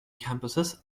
campuses